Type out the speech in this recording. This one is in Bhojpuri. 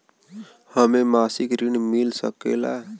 हमके मासिक ऋण मिल सकेला?